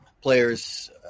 players